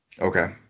Okay